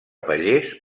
pallers